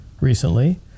recently